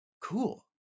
cool